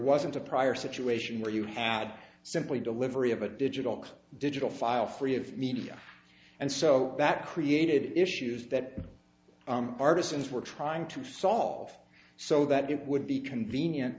wasn't a prior situation where you had simply delivery of a digital digital file free of media and so that created issues that partisans were trying to solve so that it would be convenient